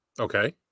Okay